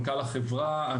מנכ"ל החברה,